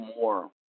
more